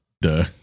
Duh